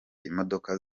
imodoka